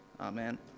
amen